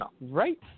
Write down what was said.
Right